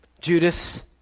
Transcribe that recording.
Judas